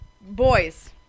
boys